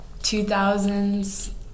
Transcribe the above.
2000s